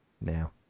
now